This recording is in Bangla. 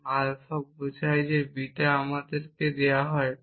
এবং আলফা বোঝায় যে বিটা আমাদের দেওয়া হয়